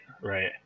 right